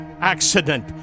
accident